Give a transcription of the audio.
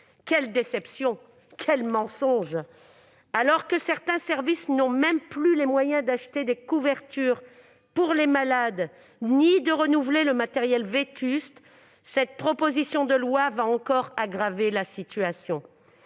Quelle déception ! Quels mensonges ! Alors que certains services n'ont même plus les moyens d'acheter des couvertures pour les malades ni de renouveler le matériel vétuste, ce texte va aggraver la situation.